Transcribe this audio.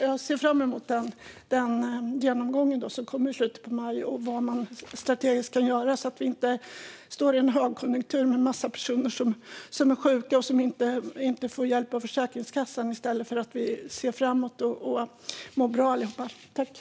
Jag ser fram emot genomgången i slutet av maj och vad vi strategiskt kan göra så att vi inte står i en högkonjunktur med en massa sjuka personer som inte får hjälp av Försäkringskassan. Vi måste se framåt och se till att alla mår bra.